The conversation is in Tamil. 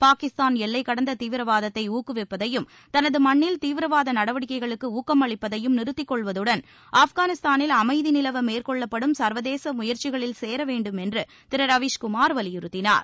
பாகிஸ்தாள் எல்லை கடந்த தீவிரவாதத்தை ஊக்குவிப்பதையும் தனது மண்ணில் தீவிரவாத நடவடிக்கைகளுக்கு ஊக்கமளிப்பதையும் நிறுத்திக்கொள்வதுடள் நிலவ மேற்கொள்ளப்படும் சர்வதேச முயற்சிகளில் சேர வேண்டும் என்று திரு ரவீஷ்குமார் வலியுறுத்தினார்